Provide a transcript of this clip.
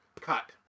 Cut